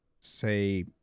say